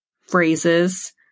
phrases